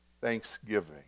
thanksgiving